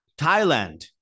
Thailand